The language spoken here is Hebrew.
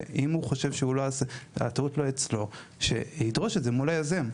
ואם הוא יחשוב שהטעות היא לא אצלו שידרוש את זה מול היוזם.